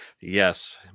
Yes